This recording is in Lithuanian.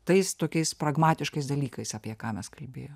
tais tokiais pragmatiškais dalykais apie ką mes kalbėjom